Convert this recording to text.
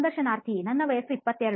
ಸಂದರ್ಶನಾರ್ಥಿ ನನ್ನ ವಯಸ್ಸು 22